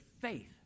faith